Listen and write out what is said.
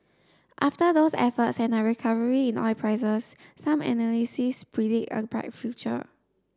after those efforts and a recovery in oil prices some analysis predict a bright future